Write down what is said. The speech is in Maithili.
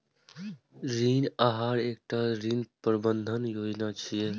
ऋण आहार एकटा ऋण प्रबंधन योजना छियै